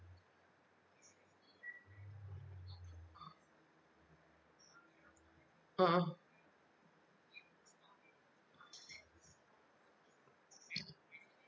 mmhmm